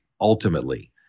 ultimately